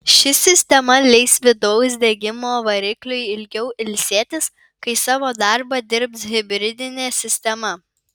ši sistema leis vidaus degimo varikliui ilgiau ilsėtis kai savo darbą dirbs hibridinė sistema